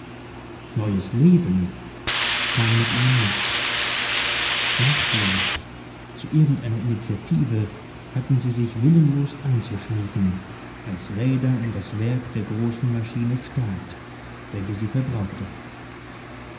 neues leben kam mit ihnen nicht machtlos zu irgend einer initiative hatten sie sich willenlos einzuschmiegen als räder in das werk der großen maschine staat welche sie verbrauchte